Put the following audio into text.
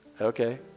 okay